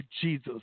Jesus